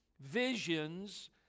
visions